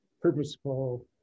purposeful